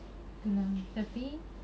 tu lah tapi